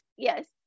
Yes